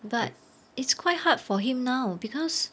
but it's quite hard for him now because